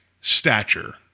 stature